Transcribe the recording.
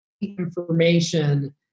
information